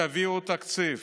תביאו תקציב.